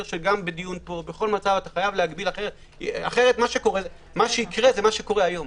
שגם בדיון פה מה שיקרה זה מה שקורה היום.